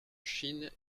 chine